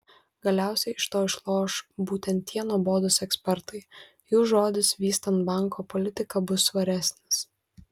galiausiai iš to išloš būtent tie nuobodūs ekspertai jų žodis vystant banko politiką bus svaresnis